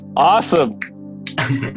Awesome